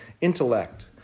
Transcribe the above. intellect